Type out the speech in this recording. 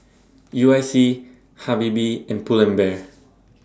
U I C Habibie and Pull and Bear